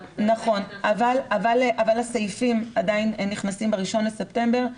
נכון, אבל הסעיפים עדיין נכנסים ב-1 בספטמבר.